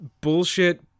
bullshit